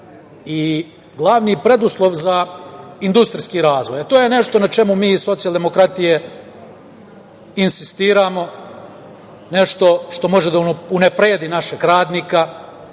i glavni preduslov za industrijski razvoj. To je nešto na čemu mi iz SDP insistiramo, nešto što može da unapredi našeg radnika,